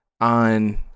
on